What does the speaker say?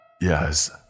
Yes